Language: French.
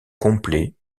complet